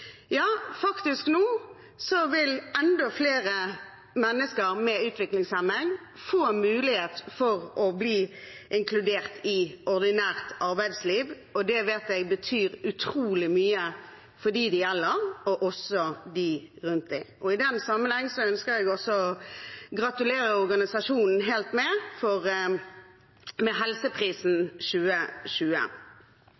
ja, faktisk vil enda flere mennesker med utviklingshemning nå få mulighet til å bli inkludert i ordinært arbeidsliv. Det vet jeg betyr utrolig mye for dem det gjelder, og også for de rundt dem. I den sammenheng ønsker jeg også å gratulere organisasjonen HELT MED med Helseprisen